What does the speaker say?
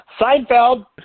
Seinfeld